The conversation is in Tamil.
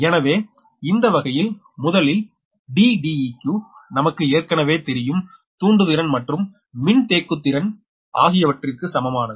எனவே இந்த வகையில் முதலில் 𝐷𝐷𝑒q நமக்கு ஏற்கனவே தெரியும் தூன்டுதிறன் மற்றும் மின்தேக்குத்திறன் ஆகியவற்றிற்கு சமமானது